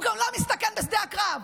הוא גם לא מסתכן בשדה הקרב.